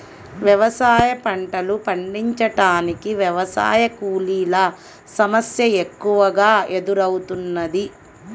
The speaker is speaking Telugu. వ్యవసాయ పంటలు పండించటానికి వ్యవసాయ కూలీల సమస్య ఎక్కువగా ఎదురౌతున్నది